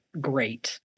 great